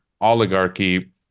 oligarchy